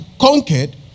conquered